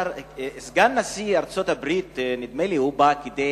סגן נשיא ארצות-הברית, נדמה לי שהוא בא כדי